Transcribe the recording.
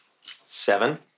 Seven